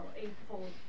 eightfold